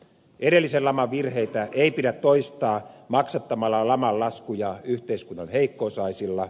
edellisen laman virheitä ei pidä toistaa maksattamalla laman laskuja yhteiskunnan heikko osaisilla